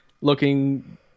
looking